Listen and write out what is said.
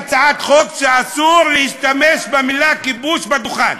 שאסור להשתמש במילה כיבוש על הדוכן.